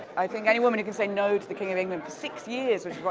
i think any woman who can say no to the king of england for six years, which